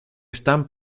están